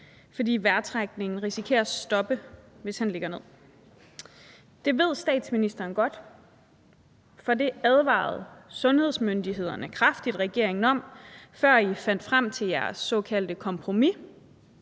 fordi vejrtrækningen risikerer at stoppe, hvis han ligger ned. Det ved statsministeren godt, for det advarede sundhedsmyndighederne kraftigt regeringen om, før den fandt frem til det såkaldte kompromis